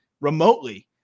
remotely